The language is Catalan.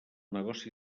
negoci